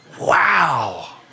wow